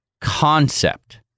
concept